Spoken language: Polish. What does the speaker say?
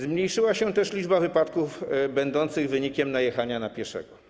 Zmniejszyła się też liczba wypadków będących wynikiem najechania na pieszego.